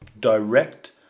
direct